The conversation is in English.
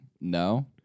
No